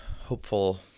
hopeful